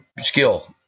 skill